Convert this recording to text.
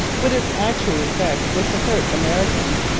but its actual effect was to hurt americans,